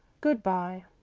good-bye.